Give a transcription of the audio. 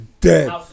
dead